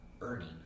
earning